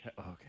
okay